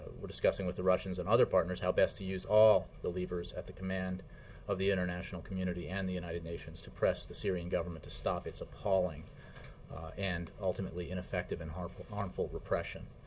we're discussing with the russians and other partners how best to use all the levers at the command of the international community and the united nations to press the syrian government to stop its appalling and ultimately ineffective and harmful harmful repression.